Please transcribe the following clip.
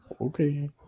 Okay